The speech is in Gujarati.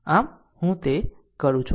આમ હું તે કરું છું